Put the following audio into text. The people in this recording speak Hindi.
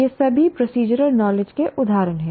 ये सभी प्रोसीजरल नॉलेज के उदाहरण हैं